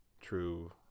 true